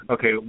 Okay